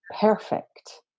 perfect